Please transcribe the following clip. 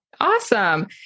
Awesome